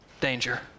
danger